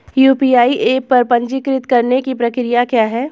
UPI app पर पंजीकरण करने की प्रक्रिया क्या है?